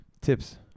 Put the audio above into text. tips